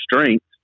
strength